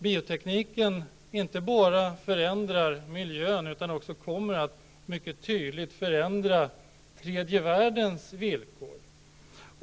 Biotekniken förändrar ju inte bara miljön, utan den kommer mycket tydligt att förändra tredje världens villkor.